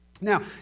Now